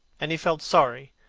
and he felt sorry.